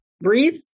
breathe